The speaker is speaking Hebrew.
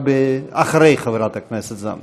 אבל אחרי חברת הכנסת זנדברג.